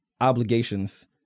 obligations